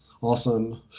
awesome